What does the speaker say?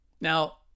Now